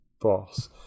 boss